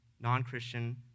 non-Christian